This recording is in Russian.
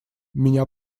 меня